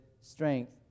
strength